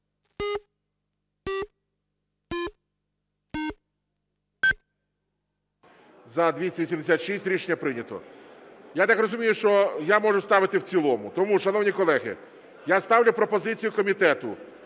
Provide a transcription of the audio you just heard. За-286 Рішення прийнято. Я так розумію, що я можу ставити в цілому. Тому, шановні колеги, я ставлю пропозицію комітету